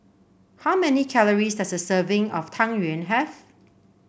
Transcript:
how many calories does a serving of Tang Yuen have